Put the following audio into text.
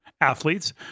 athletes